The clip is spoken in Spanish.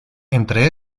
entre